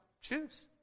choose